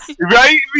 Right